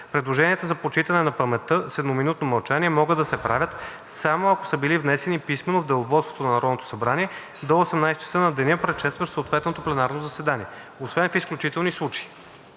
Предложения за почитане на паметта с едноминутно мълчание могат да се правят само ако са били внесени писмено в деловодството на Народното събрание до 18,00 ч. на деня, предшестващ съответното пленарно заседание, освен в изключителни случаи.